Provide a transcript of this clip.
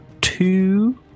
Two